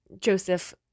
joseph